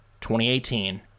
2018